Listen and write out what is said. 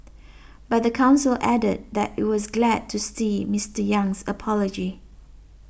but the council added that it was glad to see Mister Yang's apology